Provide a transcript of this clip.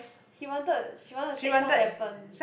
he wanted she wanted to take some weapon